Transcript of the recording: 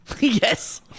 Yes